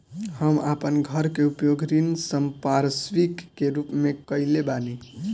हम अपन घर के उपयोग ऋण संपार्श्विक के रूप में कईले बानी